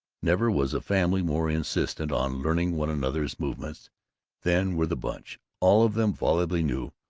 never was a family more insistent on learning one another's movements than were the bunch. all of them volubly knew,